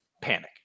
panic